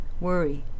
worry